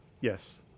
Yes